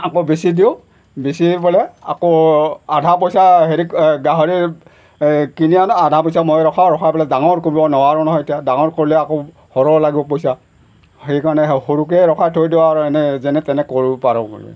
আকৌ বেচি দিওঁ বেচি পেলাই আকৌ আধা পইচা হেৰি গাহৰি কিনি আনো আধা পইচা মই ৰখাওঁ ৰখাই পেলাই ডাঙৰ কৰিব নোৱাৰোঁ নহয় এতিয়া ডাঙৰ কৰিলে আকৌ সৰহ লাগিব পইচা সেইকাৰণে সৰুকৈ ৰখাই থৈ দিওঁ আৰু এনেই যেনে তেনে কৰিব পাৰোঁ মানে